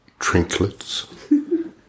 Trinklets